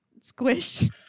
squished